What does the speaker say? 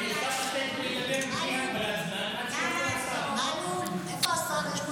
הוא רשאי להמשיך לדבר בלי הגבלת זמן עד שיגיע השר.